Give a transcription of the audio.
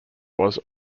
was